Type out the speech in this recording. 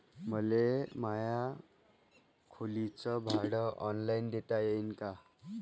मले माया खोलीच भाड ऑनलाईन देता येईन का?